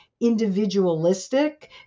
individualistic